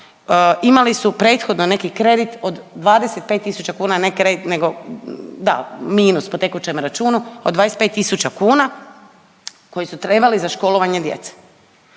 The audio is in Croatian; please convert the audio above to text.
imali su prethodne neki kredit od 25 tisuća kuna, ne kredit nego, da, minus po tekućem računu od 25 tisuća kuna koji su trebali za školovanje djece.